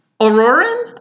Auroran